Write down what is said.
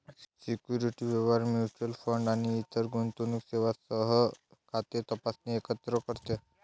securities व्यवहार, mutual fund आणि इतर गुंतवणूक सेवांसह खाते तपासणे एकत्र करते